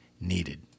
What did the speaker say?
needed